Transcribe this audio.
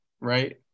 right